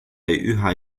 üha